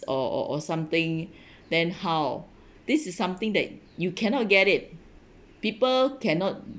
or or or something then how this is something that you cannot get it people cannot